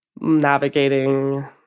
navigating